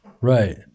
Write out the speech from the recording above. right